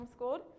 homeschooled